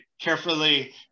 carefully